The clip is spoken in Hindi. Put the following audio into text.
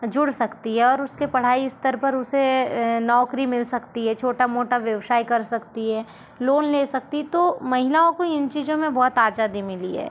जुड़ सकती है और उसके पढ़ाई स्तर पर उसे नौकरी मिल सकती है छोटा मोटा व्यवसाय कर सकती है लोन ले सकती तो महिलाओं को इन चीज़ों में बहुत आजादी मिली है